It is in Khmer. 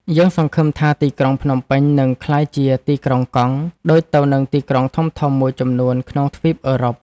យើងសង្ឃឹមថាទីក្រុងភ្នំពេញនឹងក្លាយជា ទីក្រុងកង់ ដូចទៅនឹងទីក្រុងធំៗមួយចំនួនក្នុងទ្វីបអឺរ៉ុប។